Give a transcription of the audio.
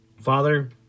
Father